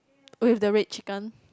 with the red chicken